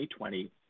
2020